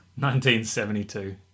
1972